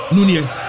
Nunez